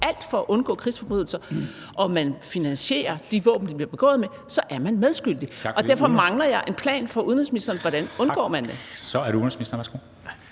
alt for at undgå krigsforbrydelser, og hvis man finansierer de våben, de bliver begået med, så er medskyldig. Og derfor mangler jeg en plan fra udenrigsministeren for, hvordan man undgår det. Kl. 13:06 Formanden (Henrik